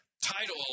title